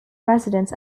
residents